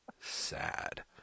sad